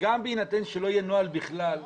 גם בהינתן שלא יהיה נוהל בכלל,